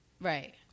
Right